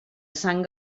sang